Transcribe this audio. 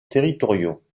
territoriaux